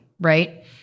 right